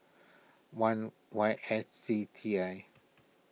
one Y S C T I